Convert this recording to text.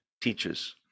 teaches